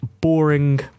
boring